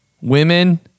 Women